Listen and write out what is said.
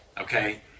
Okay